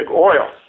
oil